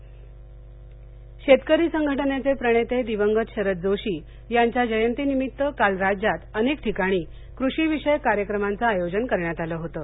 लातर अहमदनगर शेतकरी संघटनेचे प्रणेते दिवंगत शरद जोशी यांच्या जयतीनिमित्त काल राज्यात अनेक ठिकाणी कृषी विषयक कार्यक्रमांच आयोजन करण्यात आलं होतं